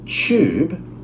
tube